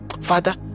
Father